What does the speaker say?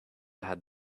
had